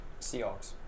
Seahawks